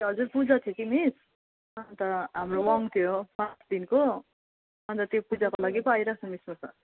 हजुर पूजा थियो कि मिस अन्त हाम्रो वाङ थियो पाँच दिनको अन्त त्यो पूजाको लागि पो आइराखेको छु मिस म त